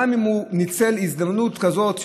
גם אם הוא ניצל הזדמנות כזאת,